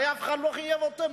הרי אף אחד לא חייב אותו,